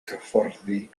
hyfforddi